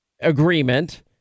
agreement